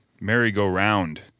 merry-go-round